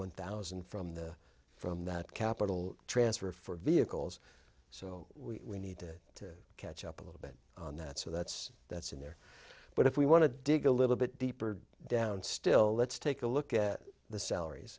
one thousand from the from that capital transfer for vehicles so we needed to catch up a little bit on that so that's that's in there but if we want to dig a little bit deeper down still let's take a look at the salaries